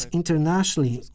internationally